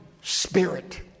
spirit